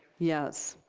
yes.